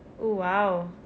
oh !wow!